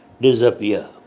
disappear